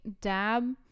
dab